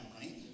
right